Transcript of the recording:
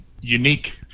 unique